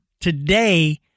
today